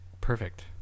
Perfect